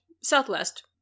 Southwest